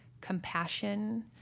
compassion